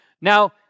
Now